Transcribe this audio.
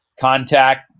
contact